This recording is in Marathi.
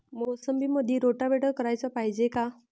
मोसंबीमंदी रोटावेटर कराच पायजे का?